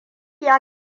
ya